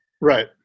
right